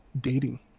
dating